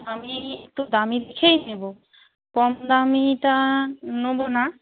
আমি একটু দামি দেখেই নেব কম দামিটা নেব না